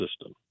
system